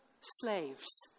slaves